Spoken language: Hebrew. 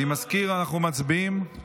זה על הראש שלכם, ואתם לא עוצרים את זה.